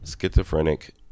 schizophrenic